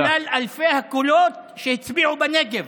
בגלל אלפי הקולות שהצביעו בנגב.